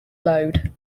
load